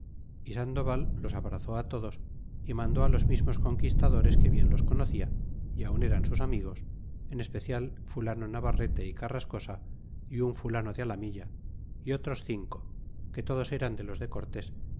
y sandoval los abrazó todos y mandó los mismos conquistadores que bien los conocia y aun eran sus amigos en especial fulano navarrete y carrascosa y un fulano de alamilla y otros cinco que todos eran de los de cortés